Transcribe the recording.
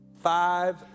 five